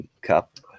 cup